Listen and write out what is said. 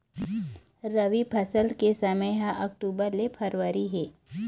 रबी फसल के समय ह अक्टूबर ले फरवरी हे